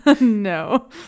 No